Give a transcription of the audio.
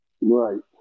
Right